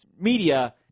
media